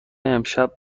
امشب